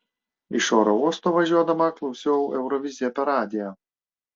iš oro uosto važiuodama klausiau euroviziją per radiją